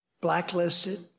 blacklisted